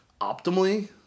Optimally